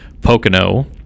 Pocono